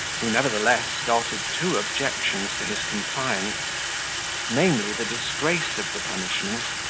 who nevertheless started two objections to his compliance namely, the disgrace of the punishment,